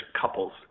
couples